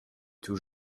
tout